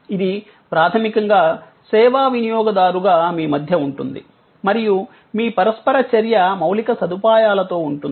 ఇది ప్రాథమికంగా సేవా వినియోగదారుగా మీ మధ్య ఉంటుంది మరియు మీ పరస్పర చర్య మౌలిక సదుపాయాలతో ఉంటుంది